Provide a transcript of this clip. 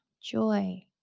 joy